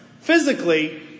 physically